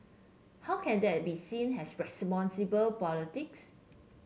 how can that be seen has responsible politics